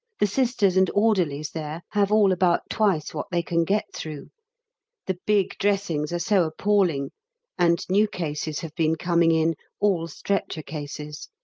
the sisters and orderlies there have all about twice what they can get through the big dressings are so appalling and new cases have been coming in all stretcher cases.